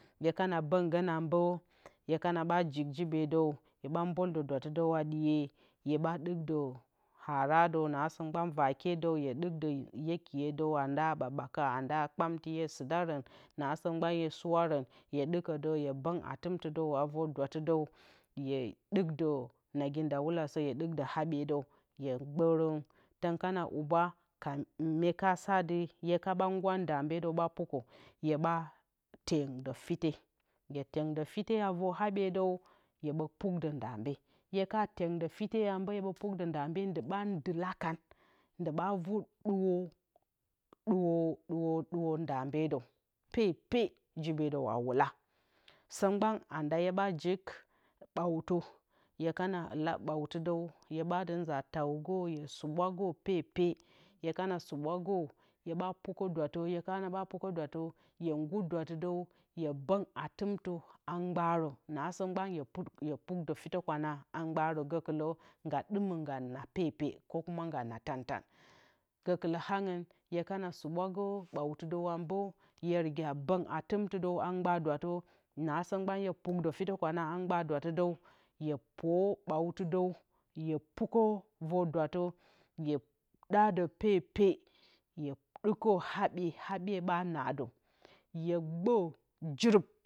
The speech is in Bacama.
Hye kkana a bǝngǝn mbǝ na ɓa jik jibedǝwmbǝldǝe dwattɨdǝw a ɗiye, hyeɓa ɗikdǝw haradǝw nasǝ mgban vakye he ɗikdǝw yekiyedǝw na nda a ɓakɓakǝ na a kpamti hye sɨdarǝn nasǝ mgban hye sɨwarǝn hye ɗikkǝ ǝ hye ɓǝng atímtɨdǝw a vǝr dwatɨdǝw hye ɗikdǝ nagindawulesǝ hye ɗikdǝ haɓyedǝw hye gbǝrǝn tǝn kana huba me ka saa hye ka ɓa nguwa ndambedǝw ɓa pukǝ hye ɓa ting dǝ fite hye tyeng dɨ fite a vǝr haɓyedǝw hyeɓǝ pukdǝ ndambe. hye ka tyendǝ fite a mbǝ hyeɓǝ pukdǝ ndambe, ndɨ ɓa ndɨlakan ndɨ ɓa vɨ ɗuwǝ ɗuwǝ ɗuwǝ ndambedǝw pepe jibedǝw a whula sǝ mgban anda hye ɓa jik bwatǝ hye kana hula bwaattǝ dǝw hyeɓa sɨ tawgǝ hye sɨɓwagorú pepe hye kana sɨɓwagǝrǝ hyeɓa pukǝ dwattǝ hye ngur dwattɨdǝw hye ngur atɨmtǝ a mgbaarǝ nasǝ mgban hye pukdǝ fitǝkwana a mgbarǝ gǝkɨlǝ nga ɗima a naa pepe, ko kuma pukha tantan gǝkɨlǝ angɨnhye riga bǝng atɨntɨdǝwa mgbaa dwattǝnasǝ mgban hye pukdǝ fitǝkwan a mgba dwattɨdǝ hye puk bwatɨdǝw hye pukǝ vǝr dwattǝ hye ɗadǝ pepe hye ɗikǝrǝ habye habye ɓa naadǝ hye gbǝǝ jirip